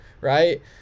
right